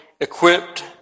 equipped